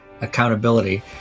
accountability